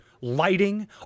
lighting